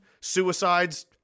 Suicides